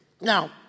Now